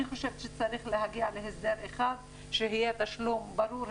אני חושבת שצריך להגיע להסדר אחד שיהיה תשלום ברור,